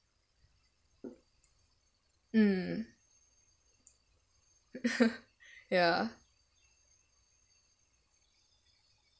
mm ya